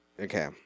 Okay